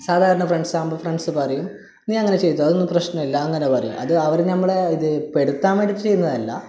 സാധാരണ ഫ്രണ്ട്സ് ആകുമ്പോൾ പറയും നീ അങ്ങനെ ചെയ്തോ അതൊന്നും പ്രശ്നമില്ല അങ്ങനെ പറയും അത് അവർ നമ്മളെ ഇത് പെടുത്താൻ വേണ്ടിയിട്ട് ചെയ്യുന്നതല്ല